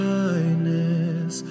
kindness